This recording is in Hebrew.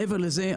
מעבר לזה,